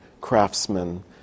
craftsmen